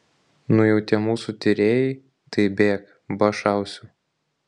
nu jau tie mūsų tyrėjai tai bėk ba šausiu